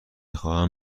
خواهم